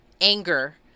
anger